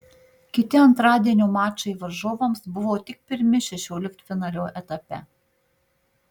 kiti antradienio mačai varžovams buvo tik pirmi šešioliktfinalio etape